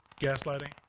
gaslighting